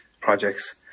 projects